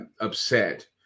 upset